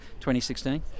2016